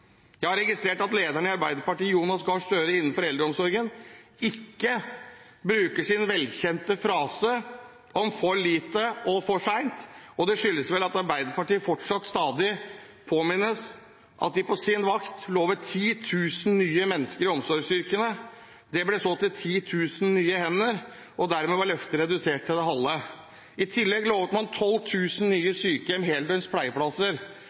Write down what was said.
Jeg har registrert at lederen i Arbeiderpartiet, Jonas Gahr Støre, innenfor eldreomsorgen ikke bruker sin velkjente frase: for lite og for sent. Det skyldes vel at Arbeiderpartiet fortsatt stadig blir minnet på at de på sin vakt lovet 10 000 nye mennesker i omsorgsyrkene. Det ble så til 10 000 nye hender, og dermed var løftet redusert til det halve. I tillegg lovet man 12 000 nye